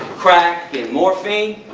crack and morphine?